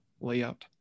layout